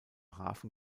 hafen